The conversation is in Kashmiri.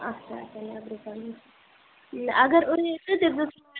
اچھا اچھا نٮ۪برٕ کَنی اگر دٔپۍزٮ۪س